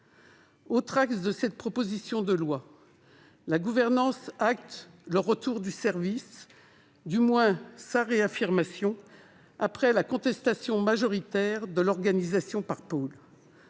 Autre axe de cette proposition de loi, la gouvernance acte le retour du service ou, du moins, sa réaffirmation après la contestation majoritaire de l'organisation par pôles.